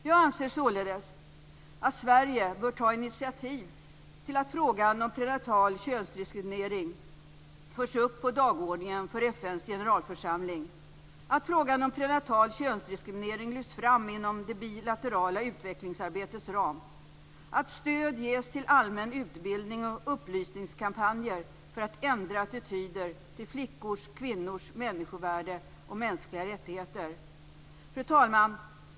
Jag anser således att Sverige bör ta initiativ till att frågan om prenatal könsdiskriminering förs upp på dagordningen för FN:s generalförsamling, att frågan om prenatal könsdiskriminering lyfts fram inom det bilaterala utvecklingsarbetets ram och att stöd ges till allmän utbildning och upplysningskampanjer för att ändra attityder till flickors och kvinnors människovärde och mänskliga rättigheter. Fru talman!